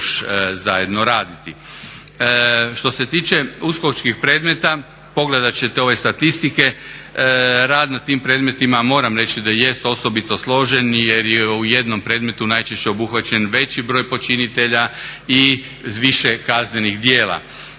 Što se tiče uskočkih predmeta pogledat ćete ove statistike. Rad na tim predmetima moram reći da jeste osobito složeno jer je u jednom predmetu najčešće obuhvaćen veći broj počinitelja i više kaznenih djela.